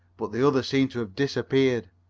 but the other seemed to have disappeared.